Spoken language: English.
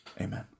Amen